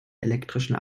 elektrischen